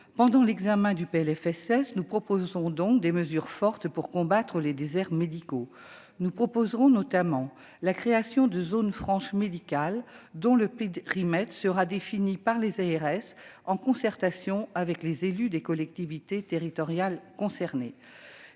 Pendant l'examen du PLFSS, nous proposerons des mesures fortes pour combattre les déserts médicaux, notamment la création de zones franches médicales dont le périmètre sera défini par les ARS en concertation avec les élus des collectivités territoriales concernées.